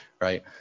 right